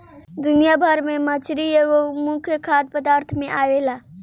दुनिया भर में मछरी एगो मुख्य खाद्य पदार्थ में आवेला